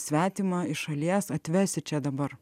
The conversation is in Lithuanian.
svetimą iš šalies atvesti čia dabar